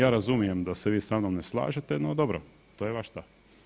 Ja razumijem da se vi sa mnom ne slažete, no dobro, to je vaš stav.